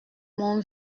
mon